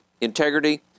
integrity